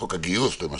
חוק הגיוס, למשל.